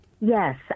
Yes